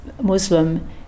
Muslim